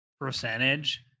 percentage